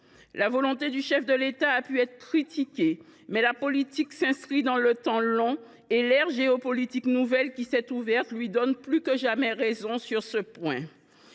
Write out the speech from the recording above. La volonté du chef de l’État a pu être critiquée, mais la politique s’inscrit dans le temps long, et l’ère géopolitique nouvelle qui s’est ouverte lui donne plus que jamais raison sur ce point.